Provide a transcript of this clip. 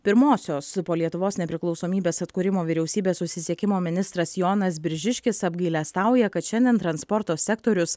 pirmosios po lietuvos nepriklausomybės atkūrimo vyriausybės susisiekimo ministras jonas biržiškis apgailestauja kad šiandien transporto sektorius